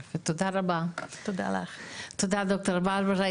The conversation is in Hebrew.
תודה רבה ד"ר ברברה.